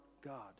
God